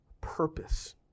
purpose